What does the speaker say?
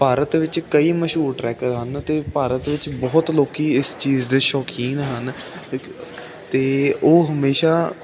ਭਾਰਤ ਵਿੱਚ ਕਈ ਮਸ਼ਹੂਰ ਟਰੈਕ ਹਨ ਅਤੇ ਭਾਰਤ ਵਿੱਚ ਬਹੁਤ ਲੋਕ ਇਸ ਚੀਜ਼ ਦੇ ਸ਼ੌਕੀਨ ਹਨ ਅਤੇ ਉਹ ਹਮੇਸ਼ਾ